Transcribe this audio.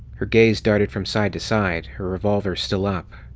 her gaze darted from side to side, her revolver still up.